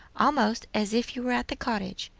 almost, as if you were at the cottage.